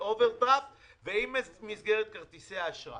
אם זה מסגרת אוברדרפט ואם זה מסגרת כרטיסי אשראי.